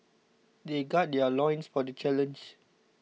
they gird their loins for the challenge